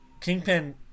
Kingpin